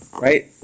Right